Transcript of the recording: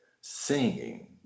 singing